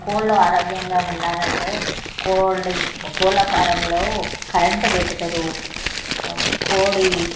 కోళ్ళు ఆరోగ్యంగా ఉండాలంటే కోడి కోళ్ళ ఫారంలో కరెంటు పెడతారు కోడి